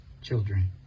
children